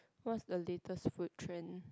what the latest food trend